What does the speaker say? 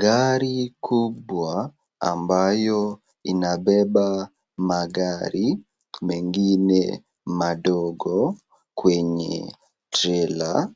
Gari kubwa ambayo inabeba magari mengine madogo kwenye trela.